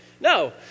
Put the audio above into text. No